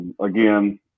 again